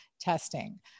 testing